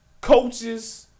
Coaches